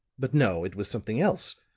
but no, it was something else.